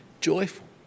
joyful